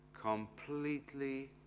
completely